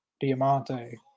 Diamante